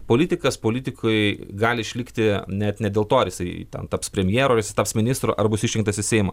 politikas politikoje gali išlikti net ne dėl to ar jisai ten taps premjeru ar jis taps ministru ar bus išrinktas į seimą